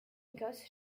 écosse